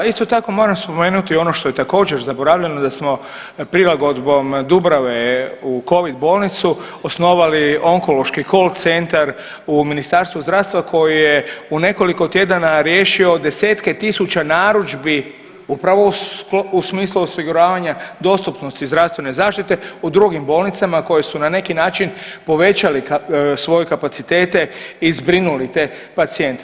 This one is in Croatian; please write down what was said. Isto tako moram spomenuti ono što je također zaboravljeno da smo prilagodbom Dubrave u Covid bolnicu osnovali onkološki cool centar u Ministarstvu zdravstva koji je u nekoliko tjedana riješio desetke tisuća narudžbi upravo u smislu osiguravanja dostupnosti zdravstvene zaštite u drugim bolnicama koje su na neki način povećali svoje kapacitete i zbrinuli te pacijente.